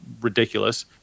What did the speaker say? ridiculous